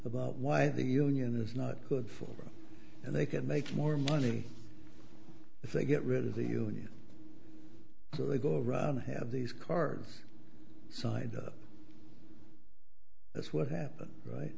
about why the union is not good for them and they can make more money if they get rid of the union so they go run have these cards signed up that's what happened right